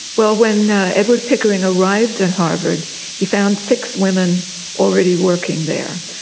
well, when edward pickering arrived at harvard he found six women already working there.